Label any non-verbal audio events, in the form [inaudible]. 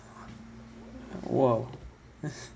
!wow! [laughs]